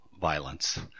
violence